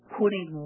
putting